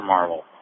Marvel